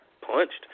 punched